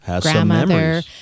grandmother